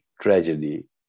tragedy